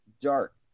dark